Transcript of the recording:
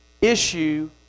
issue